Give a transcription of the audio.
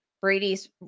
Brady's